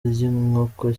ry’inkoko